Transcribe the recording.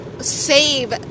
save